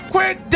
Quick